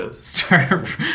start